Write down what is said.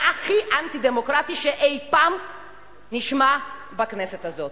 והכי אנטי-דמוקרטי שאי-פעם נשמע בכנסת הזאת.